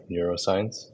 neuroscience